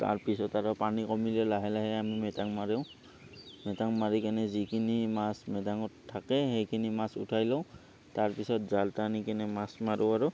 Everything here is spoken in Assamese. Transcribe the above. তাৰপিছত আৰু পানী কমিলে লাহে লাহে আমি মেটাং মাৰো মেটাং মাৰি কিনে যিখিনি মাছ মেটাঙত থাকে সেইখিনি মাছ উঠাই লওঁ তাৰপিছত জাল টানি কিনে মাছ মাৰোঁ আৰু